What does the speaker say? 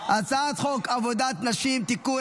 הצעת חוק עבודת נשים (תיקון,